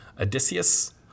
Odysseus